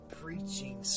preaching